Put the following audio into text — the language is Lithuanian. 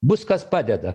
bus kas padeda